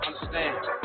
understand